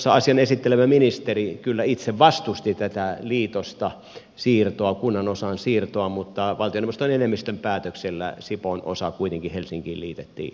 asian esitellyt ministeri kyllä itse vastusti tätä liitosta kunnanosan siirtoa mutta valtioneuvoston enemmistön päätöksellä sipoon osa kuitenkin helsinkiin liitettiin